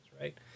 right